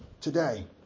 today